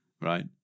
right